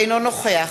אינו נוכח